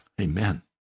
Amen